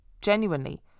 genuinely